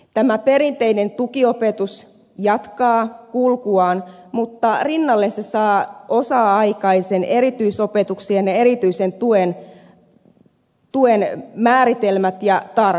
tämä perinteinen tukiopetus jatkaa kulkuaan mutta rinnalle se saa osa aikaisen erityisopetuksen ja erityisen tuen määritelmät ja tarpeet